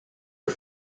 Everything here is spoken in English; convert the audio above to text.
are